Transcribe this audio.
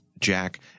Jack